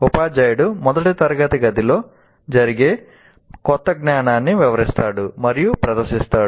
ఉపాధ్యాయుడు మొదట తరగతి గదిలో జరిగే కొత్త జ్ఞానాన్ని వివరిస్తాడు మరియు ప్రదర్శిస్తాడు